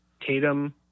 tatum